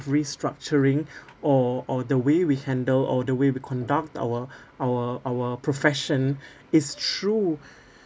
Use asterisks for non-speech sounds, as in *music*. restructuring *breath* or or the way we handle or the way we conduct our *breath* our our profession *breath* is through